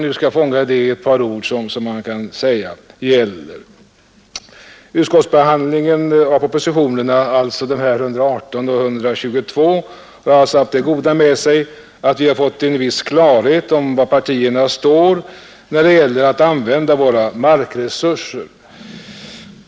Utskottsbehandlingen av propositionerna 118 och 122 har alltså haft det goda med sig att vi fått en viss klarhet om var partierna står när det gäller att använda våra markresurser.